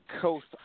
Coast